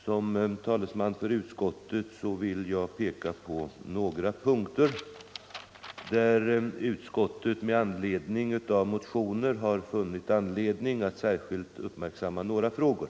Som talesman för utskottet vill jag peka på några punkter, där utskottet med anledning av motioner har funnit anledning att särskilt uppmärksamma vissa frågor.